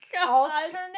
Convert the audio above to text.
Alternate